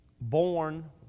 born